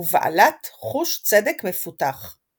ובעלת חוש צדק מפותח.